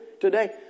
today